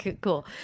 Cool